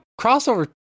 crossover